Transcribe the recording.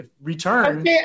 Return